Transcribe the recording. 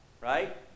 right